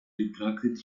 retracted